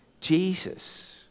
Jesus